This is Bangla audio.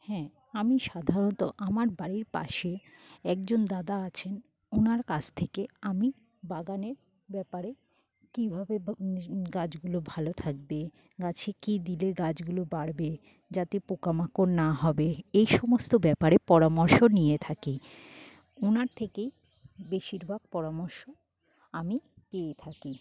হ্যাঁ আমি সাধারণত আমার বাড়ির পাশে একজন দাদা আছেন ওনার কাছ থেকে আমি বাগানের ব্যাপারে কীভাবে গাছগুলো ভালো থাকবে গাছে কী দিলে গাছগুলো বাড়বে যাতে পোকামাকড় না হবে এই সমস্ত ব্যাপারে পরামর্শ নিয়ে থাকি ওনার থেকে বেশিরভাগ পরামর্শ আমি পেয়ে থাকি